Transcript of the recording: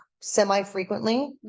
semi-frequently